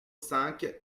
cinq